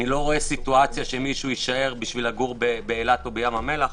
איני רואה מצב שמישהו יישאר לגור באילת או בים המלח.